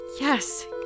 Yes